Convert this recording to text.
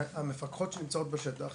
המפקחות שנמצאות בשטח,